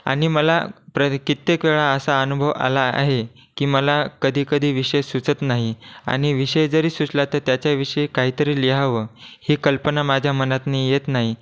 आणि मला प्र कित्येक वेळा असा अनुभव आला आहे की मला कधी कधी विषय सुचत नाही आणि विषय जरी सुचला तर त्याच्याविषयी काहीतरी लिहावं ही कल्पना माझ्या मनात येत नाही